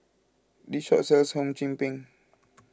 this shop sells Hum Chim Peng